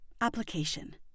Application